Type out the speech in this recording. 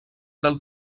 del